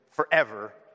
forever